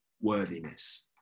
worthiness